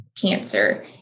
cancer